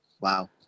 wow